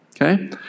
Okay